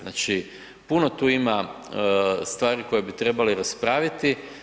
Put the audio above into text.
Znači, puno tu ima stvari koje bi trebali raspraviti.